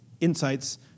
insights